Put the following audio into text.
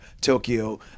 Tokyo